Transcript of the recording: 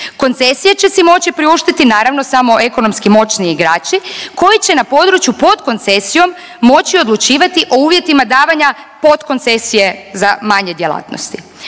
Koncesije će si moći priuštiti, naravno, samo ekonomski moćniji igrači koji će na području pod koncesijom moći odlučivati o uvjetima davanja podkoncesije za manje djelatnosti.